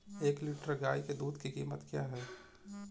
एक लीटर गाय के दूध की कीमत क्या है?